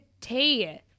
tea